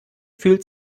fühlt